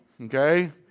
Okay